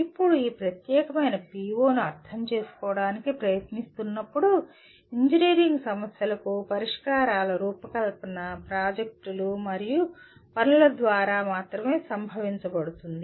ఇప్పుడు ఈ ప్రత్యేకమైన PO ను అర్థం చేసుకోవడానికి ప్రయత్నిస్తున్నప్పుడు ఇంజనీరింగ్ సమస్యలకు పరిష్కారాల రూపకల్పన ప్రాజెక్టులు మరియు పనుల ద్వారా మాత్రమే అనుభవించబడుతుంది